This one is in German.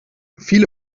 viele